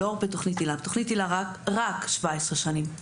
לא בתוכנית היל"ה, בתוכנית היל"ה רק 17 שנים.